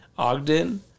Ogden